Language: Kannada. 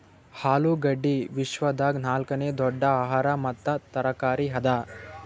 ಆಲೂಗಡ್ಡಿ ವಿಶ್ವದಾಗ್ ನಾಲ್ಕನೇ ದೊಡ್ಡ ಆಹಾರ ಮತ್ತ ತರಕಾರಿ ಅದಾ